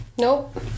nope